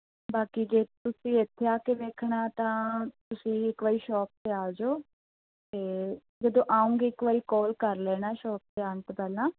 ਬਾਕੀ ਜੇ ਤੁਸੀਂ ਇੱਥੇ ਆ ਕੇ ਵੇਖਣਾ ਤਾਂ ਤੁਸੀਂ ਇੱਕ ਵਾਰੀ ਸ਼ੋਪ 'ਤੇ ਆ ਜਾਉ ਅਤੇ ਜਦੋਂ ਆਉਂਗੇ ਇੱਕ ਵਾਰੀ ਕਾਲ ਕਰ ਲੈਣਾ ਸ਼ੋਪ 'ਤੇ ਆਉਣ ਤੋਂ ਪਹਿਲਾਂ